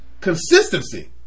consistency